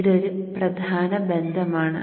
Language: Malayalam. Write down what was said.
ഇത് ഒരു പ്രധാന ബന്ധമാണ്